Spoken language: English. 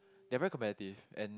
they're very competitive and